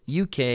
UK